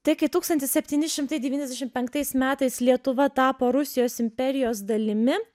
tai kai tūkstantis septyni šimtai devyniasdešimt penktais metais lietuva tapo rusijos imperijos dalimi